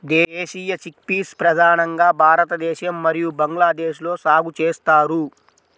దేశీయ చిక్పీస్ ప్రధానంగా భారతదేశం మరియు బంగ్లాదేశ్లో సాగు చేస్తారు